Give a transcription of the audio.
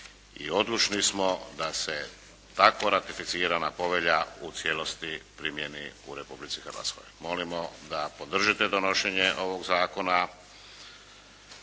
odlučni smo da se tako ratificirana povelja u cijelosti primjeni u Republici Hrvatskoj. Molimo da podržite donošenje ovoga Zakona